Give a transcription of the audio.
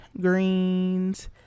greens